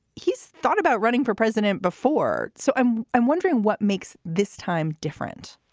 he's thought about running for president before. so i'm i'm wondering what makes this time different